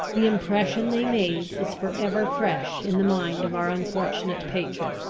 the impression they made is for ever fresh in the mind of our unfortunate patron.